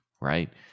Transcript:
right